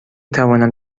توانم